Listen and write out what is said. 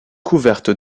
couverte